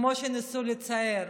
כמו שניסו לצייר.